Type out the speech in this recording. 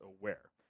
aware